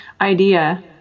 idea